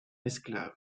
esclave